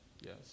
Yes